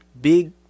big